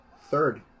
third